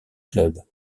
club